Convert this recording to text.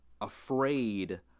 afraid